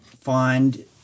find